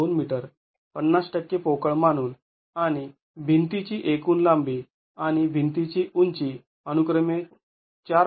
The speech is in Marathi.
२ मीटर ५० टक्के पोकळ मानून आणि भिंतीची एकूण लांबी आणि भिंतीची उंची अनुक्रमे ४